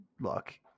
look